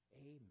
Amen